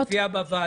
זה הופיע בוועדה.